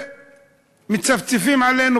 ומצפצפים עלינו,